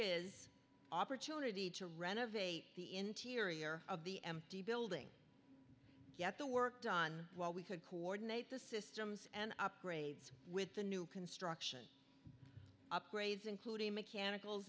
is opportunity to renovate the interior of the empty building get the worked on while we could coordinate the systems and upgrades with the new construction upgrades including mechanical